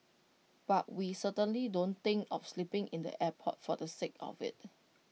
but we certainly don't think of sleeping in the airport for the sake of IT